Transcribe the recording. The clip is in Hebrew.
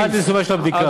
עד לסיומה של הבדיקה.